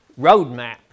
roadmap